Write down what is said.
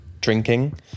drinking